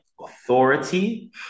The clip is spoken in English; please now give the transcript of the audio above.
Authority